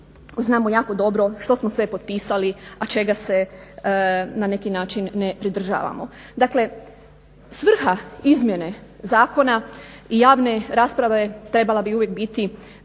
Znamo jako dobro što smo sve potpisali, a čega se na neki način ne pridržavamo. Dakle, svrha izmjene zakona i javne rasprave trebala bi uvijek biti